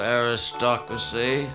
aristocracy